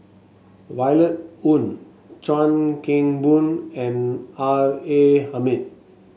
Violet Oon Chuan Keng Boon and R A Hamid